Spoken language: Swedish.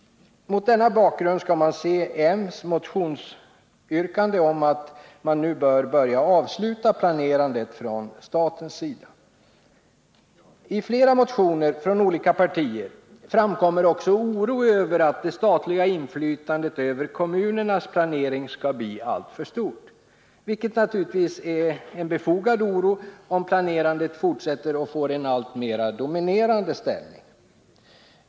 Mot denna bakgrund skall man se moderata samlingspartiets motionsyrkande om att staten nu borde börja avsluta planerandet. I flera motioner från olika partier framkommer också oro för att det statliga inflytandet över kommunernas planering skall bli alltför stort, vilken naturligtvis är en befogad oro, om planerandet fortsätter och får en alltmera dominerande ställning.